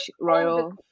royal